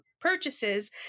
purchases